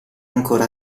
ancora